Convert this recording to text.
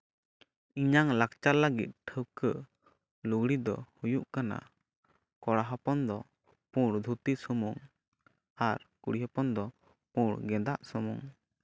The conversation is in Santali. ᱤᱧᱟᱹᱝ ᱞᱟᱠᱪᱟᱨ ᱞᱟᱹᱜᱤᱫ ᱴᱷᱟᱹᱣᱠᱟᱹ ᱞᱩᱜᱽᱲᱤᱡ ᱫᱚ ᱦᱩᱭᱩᱜ ᱠᱟᱱᱟ ᱠᱚᱲᱟ ᱦᱚᱯᱚᱱ ᱫᱚ ᱯᱩᱬ ᱫᱷᱩᱛᱤ ᱥᱩᱢᱩᱝ ᱟᱨ ᱠᱩᱲᱤ ᱦᱚᱯᱚᱱ ᱫᱚ ᱯᱩᱬ ᱜᱮᱸᱫᱟᱜ ᱥᱩᱢᱩᱝ